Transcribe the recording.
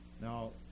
Now